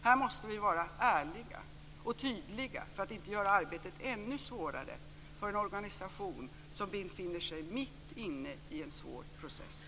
Här måste vi vara ärliga och tydliga för att inte göra arbetet ännu svårare för en organisation som befinner sig mitt inne i en svår process.